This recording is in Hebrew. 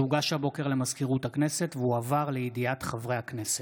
שהוגש הבוקר למזכירות הכנסת והועבר לידיעת חברי הכנסת.